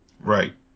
Right